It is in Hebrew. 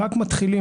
רק מתחילים.